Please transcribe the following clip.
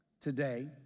today